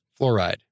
Fluoride